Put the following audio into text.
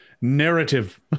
narrative